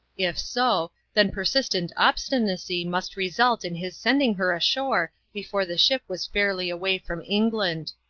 if so, then persistent obstinacy must result in his sending her ashore before the ship was fairly away from england.